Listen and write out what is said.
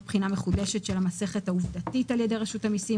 בדיקה מחודשת של המסכת העובדתית על ידי רשות המיסים,